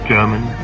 German